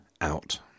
out